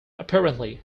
apparently